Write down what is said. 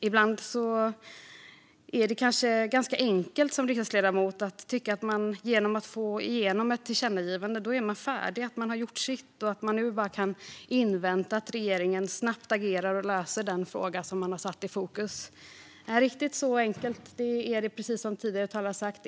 Ibland är det kanske ganska enkelt att som riksdagsledamot tycka att man är färdig när man har fått igenom ett tillkännagivande - att man har gjort sitt och bara kan invänta att regeringen snabbt agerar och löser den fråga som man har satt i fokus. Men riktigt så enkelt är det inte alltid, precis som tidigare talare har sagt.